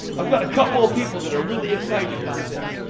i've got a couple of people that are really excited about this.